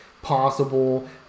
possible